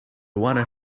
wanted